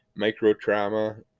microtrauma